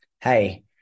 Hey